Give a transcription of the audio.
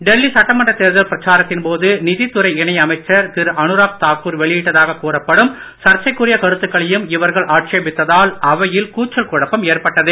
டெல்லி சட்டமன்ற தேர்தல் பிரச்சாரத்தின் போது நிதித்துறை இணை அமைச்சர் திரு அனுராக் தாக்கூர் வெளியிட்டதாக கூறப்படும் சர்ச்சைக்குரிய கருத்துக்களையும் இவர்கள் ஆட்சேபித்ததால் அவையில் கூச்சல் குழப்பம் ஏற்பட்டது